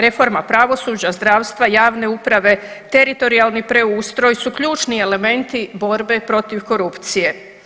Reforma pravosuđa, zdravstva, javne uprave, teritorijalni preustroj su ključni elementi borbe protiv korupcije.